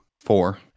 Four